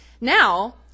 Now